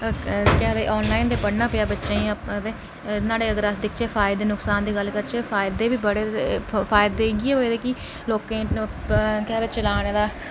केह् आखदे आनलाइन ते पढ़ना पेआ न्हाड़े अगर अस दिखचै फायदे दी गल्ल करचै फायदे फायदे इ'यै होऐ दे के केह् आखदे चलाने दा फोन